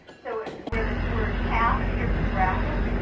so where this word path appears in brackets,